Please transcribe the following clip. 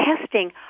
testing